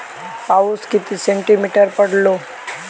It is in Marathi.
पाऊस किती सेंटीमीटर पडलो?